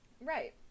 Right